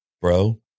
bro